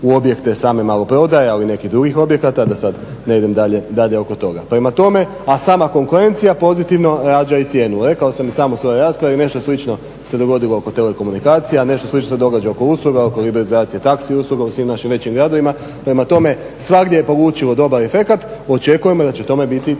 u objekte same maloprodaje, ali i nekih drugih objekata da sad ne idem dalje oko toga. Prema tome, a sama konkurencija pozitivno rađa i cijenu. Rekao sam i sam u svojoj raspravi nešto slično se dogodilo oko telekomunikacija, nešto slično se događa oko usluga, oko liberalizacija taksi usluga u svim našim većim gradovima. Prema tome, svagdje je polučilo dobar efekat. Očekujemo da će tome biti